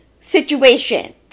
situation